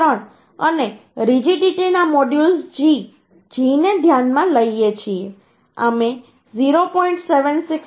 3 અને રિજિડિટીના modulus G Gને ધ્યાનમાં લઈએ છીએ અમે 0